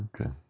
Okay